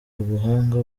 ubuhanga